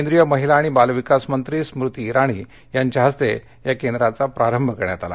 केंद्रीय महिला आणि बालविकास मंत्री स्मृती ईराणी यांच्या हस्ते या सेंटरचा प्रारंभ करण्यात आला